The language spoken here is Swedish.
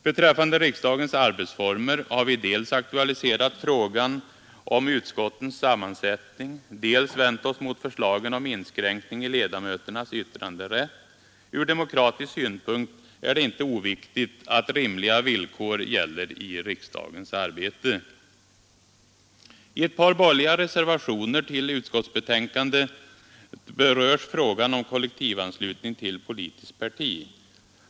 Beträffande riksdagens arbetsformer har vi dels aktualiserat frågan om utskottens sammansättning, dels vänt oss mot förslagen om inskränkningar i ledamöternas yttranderätt. Från demokratisk synpunkt är det inte oviktigt att rimliga villkor gäller i riksdagens arbete. I ett par borgerliga reservationer till konstitutionsutskottets betänkande nr 26 berörs frågan om kollektivanslutning till politiskt parti.